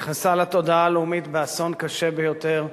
נכנסה לתודעה הלאומית באסון קשה ביותר,